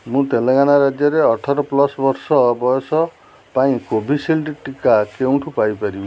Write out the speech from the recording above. ମୁଁ ତେଲେଙ୍ଗାନା ରାଜ୍ୟରେ ଅଠର ପ୍ଲସ୍ ବର୍ଷ ବୟସ ପାଇଁ କୋଭିଶିଲ୍ଡ଼ ଟିକା କେଉଁଠୁ ପାଇ ପାରିବି